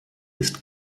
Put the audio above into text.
ist